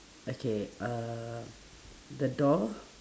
okay uhh the door